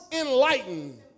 enlightened